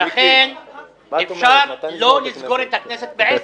לכן אפשר לא לסגור את הישיבה ב-22:00.